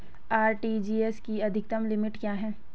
RTGS की अधिकतम limit क्या है?